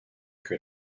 que